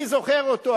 אני זוכר אותו,